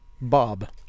Bob